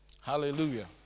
Hallelujah